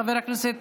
חבר הכנסת